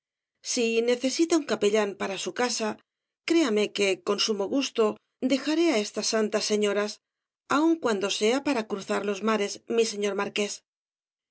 si necesita un capellán para su casa créame que con sumo gusto dejaré á estas santas señoras aun cuando sea para cruzar los mares mi señor marqués